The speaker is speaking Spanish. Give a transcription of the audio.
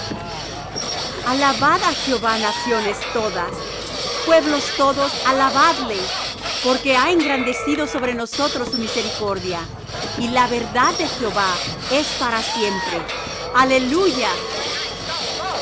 á jehová naciones todas pueblos todos alabadle porque ha engrandecido sobre nosotros su misericordia y la verdad de jehová es para siempre aleluya